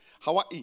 Hawaii